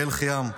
באל-ח'יאם,